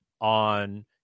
on